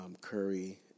curry